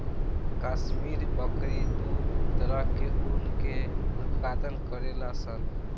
काश्मीरी बकरी दू तरह के ऊन के उत्पादन करेली सन